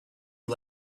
you